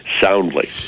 soundly